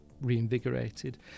reinvigorated